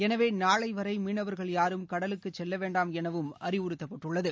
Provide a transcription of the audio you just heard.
எனவே நாளை வரை மீனவர்கள் யாரும் கடலுக்குச் செல்ல வேண்டாம் எனவும் அறிவுறுத்தப்பட்டுள்ளது